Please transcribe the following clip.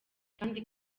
kandi